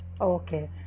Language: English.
Okay